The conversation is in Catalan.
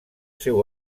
seu